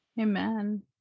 amen